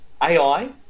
AI